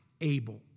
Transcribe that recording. able